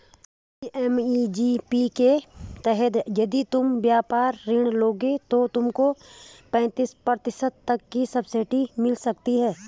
PMEGP के तहत यदि तुम व्यापार ऋण लोगे तो तुमको पैंतीस प्रतिशत तक की सब्सिडी मिल सकती है